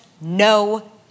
no